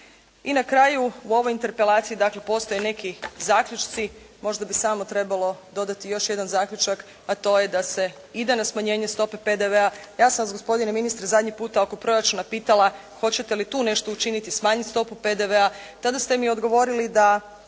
I na kraju u ovoj interpelaciji dakle, postoje neki zaključci, možda bi samo trebalo dodati još jedan zaključak, a to je da se ide na smanjenje stope PDV-a. Ja sam vas gospodine ministre zadnji puta oko proračuna pitala, hoćete li tu nešto učiniti, smanjiti stopu PDV-a, tada ste mi odgovorili da